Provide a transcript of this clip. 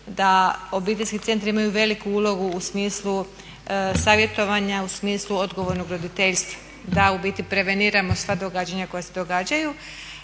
da obiteljski centri imaju veliku ulogu u smislu savjetovanja, u smislu odgovornog roditeljstva, da u biti preveniramo sva događanja koja se događaju.